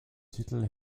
titel